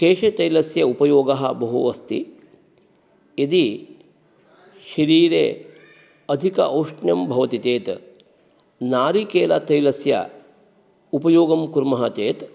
केशतैलस्य उपयोगः बहु अस्ति यदि शरीरे अधिकं औष्ण्यं भवति चेत् नारिकेलतैलस्य उपयोगं कुर्मः चेत्